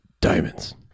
diamonds